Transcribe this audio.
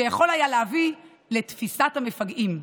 שיכול היה להביא לתפיסת המפגעים.